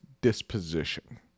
disposition